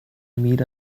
meet